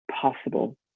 possible